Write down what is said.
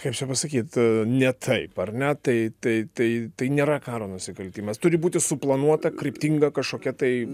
kaip čia pasakyt ne taip ar ne tai tai tai tai nėra karo nusikaltimas turi būti suplanuota kryptinga kažkokia tai